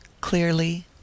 clearly